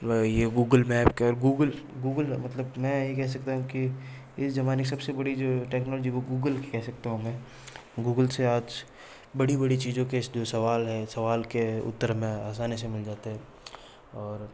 ये Google map Google Google मतलब मैं ये कह सकता हूँ कि इस ज़माने की सबसे बड़ी जो टेक्नॉलाेजी वो गूगल कह सकता हूँ मैं गूगल से आज बड़ी बड़ी चीज़ों के जो सवाल हैं सवाल के उत्तर हमें आसानी से मिल जाते हैं और